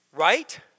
right